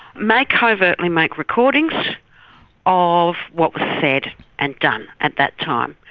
may covertly make recordings of what was said and done at that time.